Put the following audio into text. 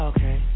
Okay